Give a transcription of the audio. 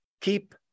keep